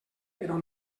però